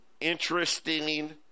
interesting